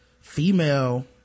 female